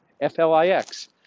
F-L-I-X